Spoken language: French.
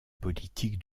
politique